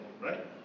right